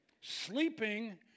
sleeping